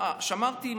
שמרתי,